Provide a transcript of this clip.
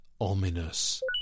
Ominous